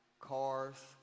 cars